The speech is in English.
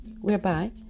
whereby